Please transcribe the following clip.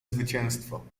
zwycięstwo